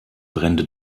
brände